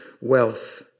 wealth